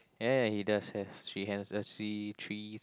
ya he does have three hands let's see three